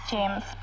James